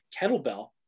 Kettlebell